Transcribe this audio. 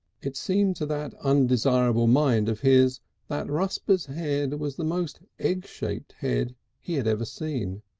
it seemed to that undesirable mind of his that rusper's head was the most egg-shaped head he had ever seen